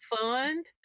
fund